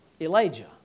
Elijah